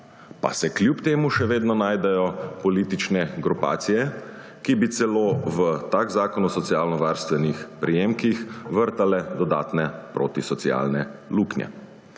Pa se kljub temu še vedno najdejo politične grupacije, ki bi celo v tak Zakon o socialno varstvenih prejemkih vrtale dodatne protisocialne luknje.